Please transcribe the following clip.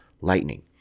lightning